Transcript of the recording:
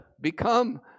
become